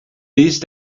these